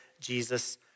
Jesus